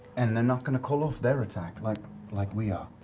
and they're not going to call off their attack like like we are.